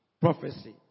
prophecy